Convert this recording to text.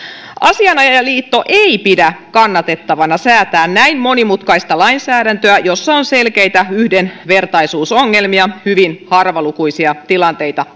asianajajaliitto ei pidä kannatettavana säätää näin monimutkaista lainsäädäntöä jossa on selkeitä yhdenvertaisuusongelmia hyvin harvalukuisia tilanteita